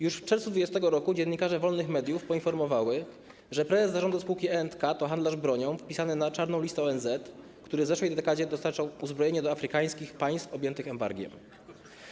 Już w czerwcu 2020 r. dziennikarze wolnych mediów poinformowali, że prezes zarządu spółki E&K to handlarz bronią wpisany na czarną listę ONZ, który w zeszłej dekadzie dostarczał uzbrojenie do afrykańskich państw objętych embargiem.